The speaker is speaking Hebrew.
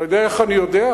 אתה יודע איך אני יודע?